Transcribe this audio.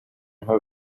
her